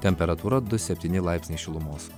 temperatūra du septyni laipsniai šilumos